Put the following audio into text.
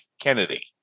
Kennedy